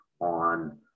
on